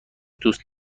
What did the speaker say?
دوست